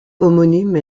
homonyme